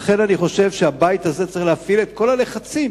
לכן אני חושב שהבית הזה צריך להפעיל את כל הלחצים